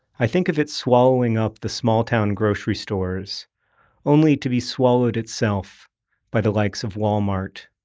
i think of it swallowing up the small-town grocery stores only to be swallowed itself by the likes of wal-mart,